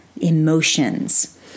emotions